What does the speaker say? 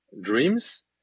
dreams